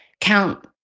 count